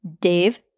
Dave